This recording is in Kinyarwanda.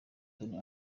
tony